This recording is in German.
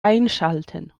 einschalten